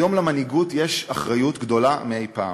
היום למנהיגות יש אחריות גדולה מאי-פעם,